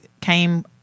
came